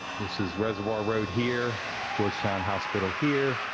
this is reservoir road here, georgetown hospital here,